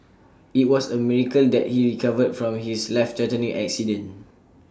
IT was A miracle that he recovered from his life threatening accident